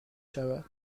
شود